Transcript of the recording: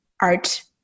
Art